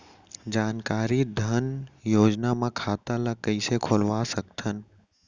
जानकारी धन योजना म खाता ल कइसे खोलवा सकथन?